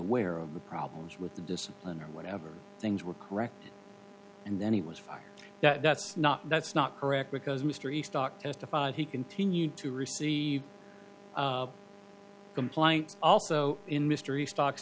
aware of the problems with the discipline or whatever things were correct and then he was fired that's not that's not correct because mystery stock testified he continued to receive compliance also in mystery stocks